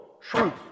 truth